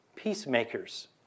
peacemakers